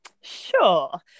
sure